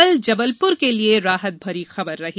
कल जबलप्र के लिए राहत भरी खबर रही